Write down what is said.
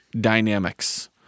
dynamics